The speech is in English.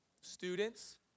Students